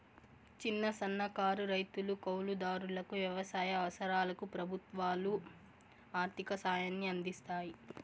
చిన్న, సన్నకారు రైతులు, కౌలు దారులకు వ్యవసాయ అవసరాలకు ప్రభుత్వాలు ఆర్ధిక సాయాన్ని అందిస్తాయి